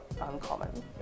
uncommon